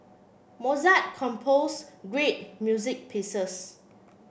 Mozart composed great music pieces